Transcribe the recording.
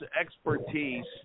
expertise